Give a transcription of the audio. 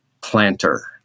planter